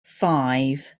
five